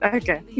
okay